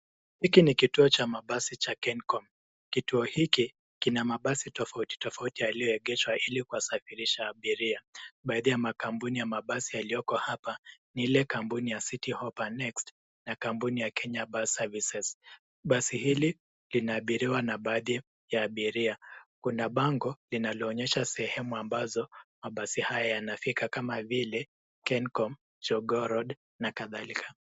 Hiki ni kituo cha mabasi cha Kencom. Kituo hiki kina mabasi tofauti tofauti yaliyoegeshwa ili kusafirisha abiria. Baadhi ya makampuni ya mabasi yaliyoko hapa ni ile kampuni ya City Hopper Next na kampuni ya Kenya Bus Services. Basi hili linaabiriwa na baadhi ya abiria. Kuna bango linaloonyesha sehemu ambazo mabasi haya nafika kama vili, Kencom, Jogoo road na kadhalika.